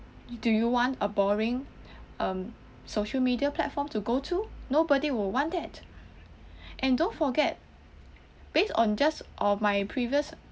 do you want a boring um social media platform to go to nobody will want that and don't forget based on just uh my previous